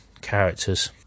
characters